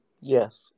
Yes